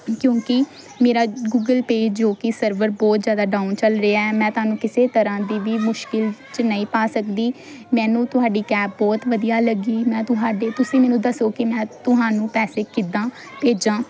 ਕਿਉਂਕਿ ਮੇਰਾ Google Pay ਜੋ ਕਿ ਸਰਵਰ ਬਹੁਤ ਜ਼ਿਆਦਾ ਡਾਊਨ ਚੱਲ ਰਿਹਾ ਹੈ ਮੈਂ ਤੁਹਾਨੂੰ ਕਿਸੇ ਵੀ ਤਰ੍ਹਾਂ ਦੀ ਮੁਸ਼ਕਿਲ 'ਚ ਨਹੀਂ ਪਾ ਸਕਦੀ ਮੈਨੂੰ ਤੁਹਾਡੀ ਕੈਬ ਬਹੁਤ ਵਧੀਆ ਲੱਗੀ ਮੈਂ ਤੁਹਾਡੇ ਤੁਸੀਂ ਮੈਨੂੰ ਦੱਸੋ ਕਿ ਮੈਂ ਤੁਹਾਨੂੰ ਪੈਸੇ ਕਿੱਦਾਂ ਭੇਜਾਂ